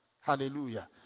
Hallelujah